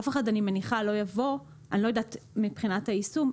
אני לא יודעת מבחינת היישום,